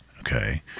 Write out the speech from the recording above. Okay